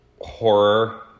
horror